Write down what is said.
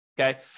Okay